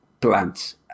plants